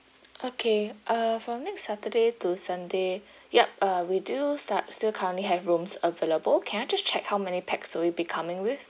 okay uh for next saturday to sunday yup uh we do start still currently have rooms available can I just check how many pax will you be coming with